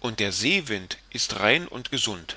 und der seewind ist rein und gesund